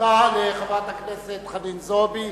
תודה לחברת הכנסת חנין זועבי.